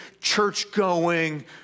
church-going